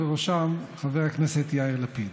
ובראשם חבר הכנסת יאיר לפיד.